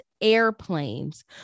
airplanes